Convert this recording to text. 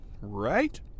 right